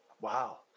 Wow